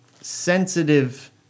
sensitive